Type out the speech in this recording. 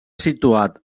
situat